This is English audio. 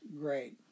great